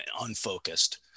unfocused